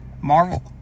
Marvel